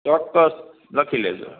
ચોક્કસ લખી લેજો